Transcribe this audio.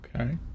okay